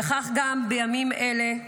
וכך גם בימים אלה,